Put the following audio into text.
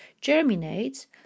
germinates